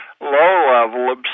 low-level